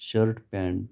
shirt pant